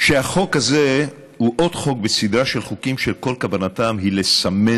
שהחוק הזה הוא עוד חוק בסדרה של חוקים שכל כוונתם היא לסמן